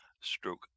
stroke